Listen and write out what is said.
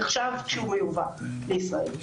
נחשב כשהוא מיובא לישראל.